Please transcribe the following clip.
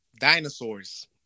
Dinosaurs